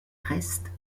restent